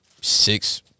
six